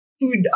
food